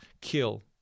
kill